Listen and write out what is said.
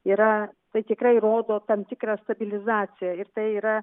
yra tai tikrai rodo tam tikrą stabilizaciją ir tai yra